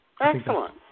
Excellent